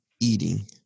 eating